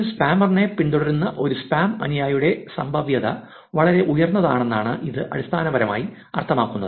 ഒരു സ്പാമറിനെ പിന്തുടരുന്ന ഒരു സ്പാം അനുയായിയുടെ സംഭാവ്യത വളരെ ഉയർന്നതാണെന്നാണ് ഇത് അടിസ്ഥാനപരമായി അർത്ഥമാക്കുന്നത്